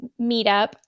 meetup